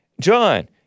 John